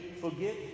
forgive